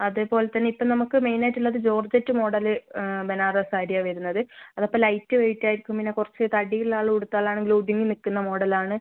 അതേപോലെ തന്നെ ഇപ്പോൾ നമുക്ക് മെയിൻ ആയിട്ടുള്ളത് ജോർജെറ്റ് മോഡൽ ബനാറസ് സാരിയാണ് വരുന്നത് അതപ്പം ലൈറ്റ് വെയ്റ്റ് ആയിരിക്കും പിന്നെ കുറച്ച് തടിയുള്ള ആൾ ഉടുത്താലാണെങ്കിൽ ഒതുങ്ങി നിൽക്കുന്ന മോഡൽ ആണ്